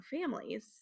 families